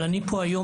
אבל אני פה היום,